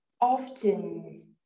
often